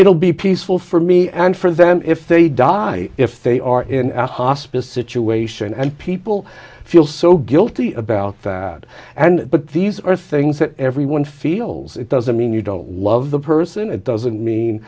it'll be peaceful for me and for then if they die if they are in a hospice situation and people feel so guilty about that and but these are things that everyone feels it doesn't mean you don't love the person it doesn't mean